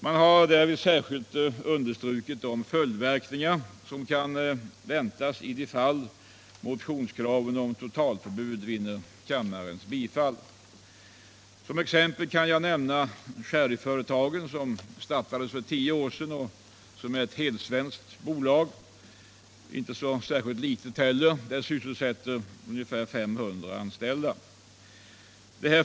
Man har därvid särskilt understrukit de följdverkningar som kan väntas i det fall motionskraven om totalförbud vinner kammarens bifall. Som exempel kan nämnas Cherryföretagen AB, som startades för tio år sedan. Det är ett helsvenskt bolag som sysselsätter ca 500 anställda.